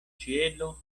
ĉielo